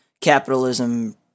capitalism